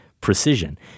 precision